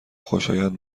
خوشایند